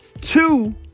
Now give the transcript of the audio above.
two